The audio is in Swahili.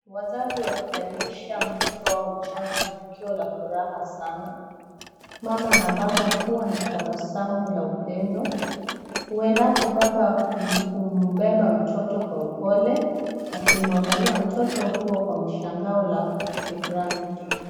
Wazazi wakikaribisha mtoto wao mchanga ni tukio la furaha sana. Mama na baba huwa na tabasamu la upendo, huendapo baba humbeba mtoto kwa upole akimwangalia mtoto huo kwa mshangao la shukrani.